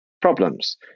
problems